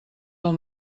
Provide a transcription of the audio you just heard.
del